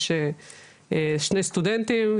יש שני סטודנטים,